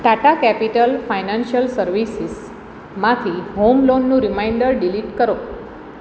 Tata Capital Financial સર્વિસીસમાંથી home લોનનું reminder delete કરો